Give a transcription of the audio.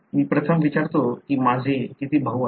मी प्रथम विचारतो की माझे किती भाऊ आहेत